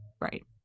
Right